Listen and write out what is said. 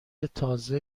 تازه